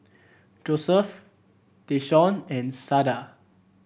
Joseph Tayshaun and Sada